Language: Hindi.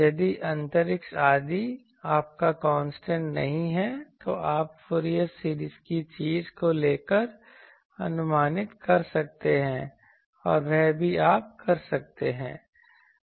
यदि अंतरिक्ष आदि आपका कांस्टेंट नहीं है तो आप फूरियर सीरीज की चीज को ले कर अनुमानित कर सकते हैं और वह भी आप कर सकते हैं